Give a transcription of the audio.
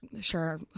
sure